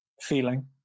Feeling